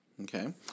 Okay